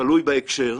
תלוי בהקשר,